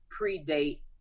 predate